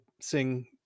sing